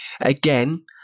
again